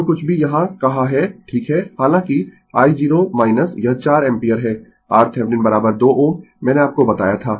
इसलिए जो कुछ भी यहां कहा है ठीक है हालाँकि i0 - यह 4 एम्पीयर है RThevenin 2 Ω मैंने आपको बताया था